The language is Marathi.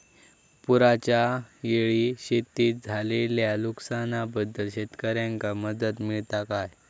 पुराच्यायेळी शेतीत झालेल्या नुकसनाबद्दल शेतकऱ्यांका मदत मिळता काय?